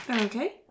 Okay